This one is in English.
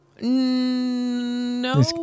No